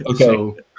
okay